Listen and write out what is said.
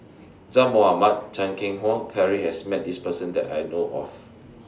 Zaqy Mohamad Chan Keng Howe Carry has Met This Person that I know of